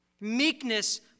Meekness